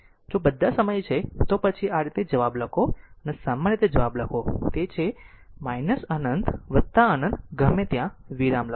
જો બધા સમય છે તો પછી આ રીતે જવાબ લખો આમ સામાન્ય રીતે જવાબ લખો તે છે અનંત અનંત ગમે ત્યાં વિરામ લખો